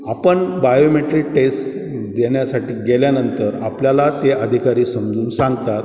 आपण biometric test देण्यासाठी गेल्यानंतर आपल्याला ते अधिकारी समजून सांगतात